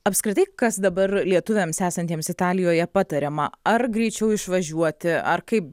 apskritai kas dabar lietuviams esantiems italijoje patariama ar greičiau išvažiuoti ar kaip